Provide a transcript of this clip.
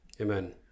Amen